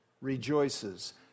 rejoices